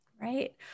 Right